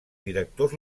directors